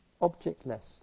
objectless